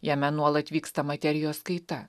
jame nuolat vyksta materijos kaita